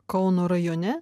kauno rajone